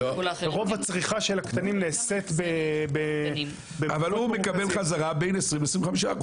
רוב הצריכה של הקטנים נעשית --- אבל הוא מקבל חזרה בין 20% ל-25%.